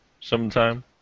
Sometime